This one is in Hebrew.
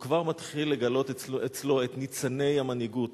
הוא כבר מתחיל לגלות אצלו את ניצני המנהיגות.